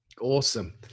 awesome